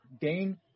gain